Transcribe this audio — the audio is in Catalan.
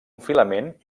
filament